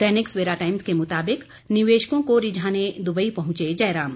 दैनिक Savera Times के मुताबिक निवेशकों को रिझाने दुबई पहुंचे जयराम